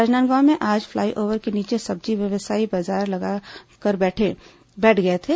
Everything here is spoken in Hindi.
राजनांदगांव में आज फ्लाईओवर के नीचे सब्जी व्यवसायी बाजार लगाकर बैठ गए थे